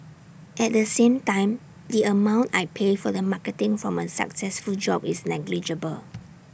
at the same time the amount I pay for the marketing from A successful job is negligible